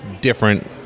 different